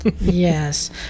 Yes